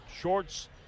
shorts